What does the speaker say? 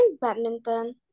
badminton